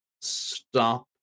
stop